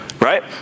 Right